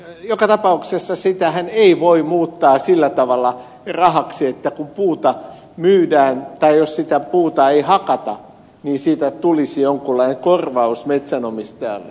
joka tapauksessa sitähän ei voi muuttaa sillä tavalla rahaksi että kun puuta myydään tai jos sitä puuta ei hakata niin siitä tulisi jonkunlainen korvaus metsänomistajalle